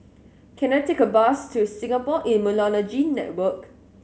can I take a bus to Singapore Immunology Network